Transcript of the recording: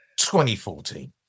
2014